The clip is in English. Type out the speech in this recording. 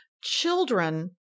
children